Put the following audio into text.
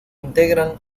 integran